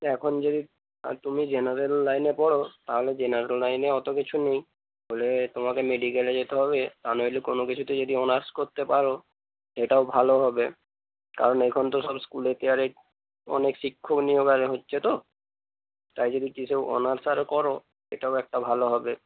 এখন যদি আর তুমি জেনারেল লাইনে পড় তাহলে জেনারেল লাইনে অত কিছু নেই হলে তোমাকে মেডিকেলে যেতে হবে আর নইলে কোনও কিছুতে যদি অনার্স করতে পার সেটাও ভালো হবে কারণ এখন তো সব স্কুলে আরে অনেক শিক্ষক নিয়োগ হচ্ছে তো তাই যদি কিসেও অনার্স আর কর এটাও একটা ভালো হবে